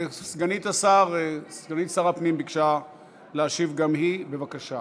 סגנית שר הפנים ביקשה להשיב גם היא, בבקשה.